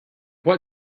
what